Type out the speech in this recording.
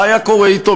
מה היה קורה אתו?